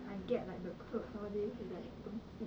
可是 sometimes I